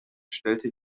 stellte